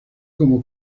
como